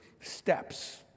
steps